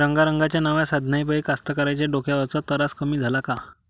रंगारंगाच्या नव्या साधनाइपाई कास्तकाराइच्या डोक्यावरचा तरास कमी झाला का?